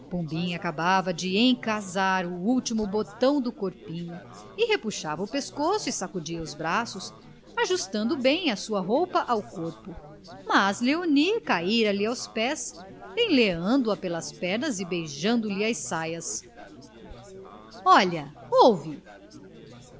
pombinha acabava de encasar o último botão do corpinho e repuxava o pescoço e sacudia os braços ajustando bem a sua roupa ao corpo mas léonie caíra lhe aos pés enleando a pelas pernas e beijando-lhe as saias olha